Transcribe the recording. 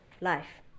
life